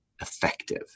effective